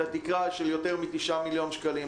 את התקרה של יותר מ-9 מיליון שקלים.